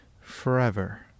forever